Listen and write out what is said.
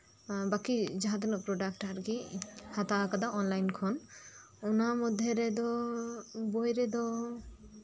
ᱵᱟᱹᱠᱤ ᱡᱟᱦᱟᱸ ᱛᱤᱱᱟᱹᱜ ᱯᱨᱳᱰᱟᱠᱴ ᱟᱨᱠᱤ ᱦᱟᱛᱟᱣ ᱟᱠᱟᱫᱟᱢ ᱚᱱᱞᱟᱭᱤᱱ ᱠᱷᱚᱱ ᱚᱱᱟ ᱢᱚᱫᱽᱫᱷᱮ ᱨᱮᱫᱚ ᱵᱚᱭ ᱨᱮᱫᱚ